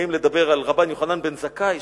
אם לדבר על רבן יוחנן בן זכאי,